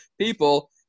people